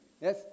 Yes